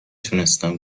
تونستم